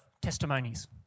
testimonies